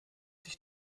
sich